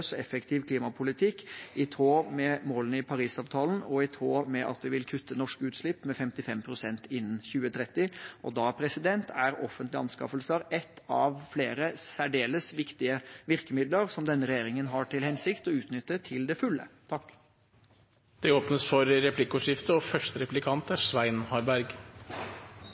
og effektiv klimapolitikk i tråd med målene i Parisavtalen og i tråd med at vi vil kutte norske utslipp med 55 pst. innen 2030. Da er offentlige anskaffelser ett av flere særdeles viktige virkemidler som denne regjeringen har til hensikt å utnytte til det fulle. Det blir replikkordskifte.